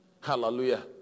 Hallelujah